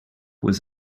was